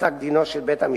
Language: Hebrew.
פרשת מעצר שווא של אזרח,